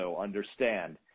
understand